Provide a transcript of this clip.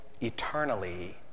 eternally